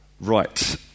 Right